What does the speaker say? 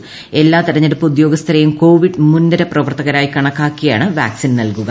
് എല്ലാ തെരഞ്ഞെടുപ്പ് ഉദ്യോഗസ്ഥരെയും കോവിഡ് മുൻ നീർ പ്രവർത്തകരായി കണക്കാക്കിയാണ് വാക്സിൻ നൽകുക